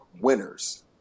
winners